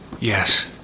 Yes